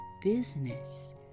business